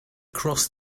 crossed